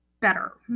better